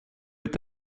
est